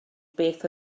beth